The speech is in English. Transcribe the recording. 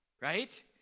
right